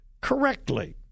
correctly